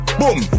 Boom